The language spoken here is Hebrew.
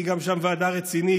ראיתי גם שם ועדה רצינית,